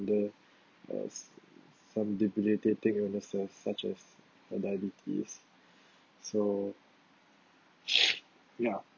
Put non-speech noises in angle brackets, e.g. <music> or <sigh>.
under uh from debilitating illnesses such as diabetes so <noise> ya